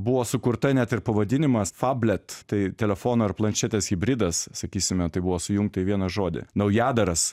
buvo sukurta net ir pavadinimas fablet tai telefono ir planšetės hibridas sakysime tai buvo sujungta į vieną žodį naujadaras